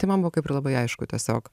tai man buvo kaip ir labai aišku tiesiog